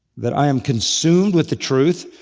that i am consumed with the truth,